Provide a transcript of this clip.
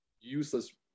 useless